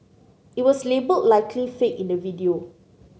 it was labelled Likely Fake in the video